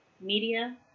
media